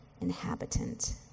inhabitant